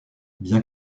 bien